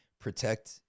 protect